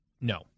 no